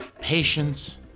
patience